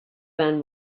man